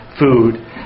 food